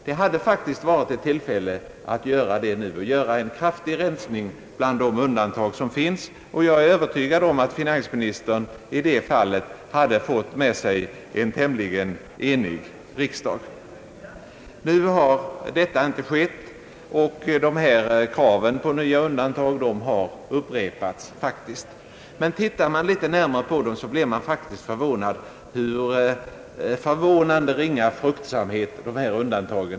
Det hade faktiskt varit tillfälle att nu göra en kraftig rensning bland de undantag som finns. Jag är övertygad om att finansministern i det fallet hade fått med sig en tämligen enig riksdag. Nu har detta inte skett, och de gamla kraven på utvidgning av undantagen har upprepats. Om man tittar litet närmare på dem blir man förvånad över hur få de faktiskt är.